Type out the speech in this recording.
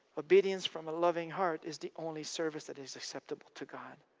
obedience from a loving heart is the only service that is acceptable to god.